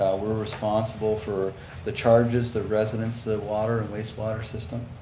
we're responsible for the charges, the residents, the water and waste water system.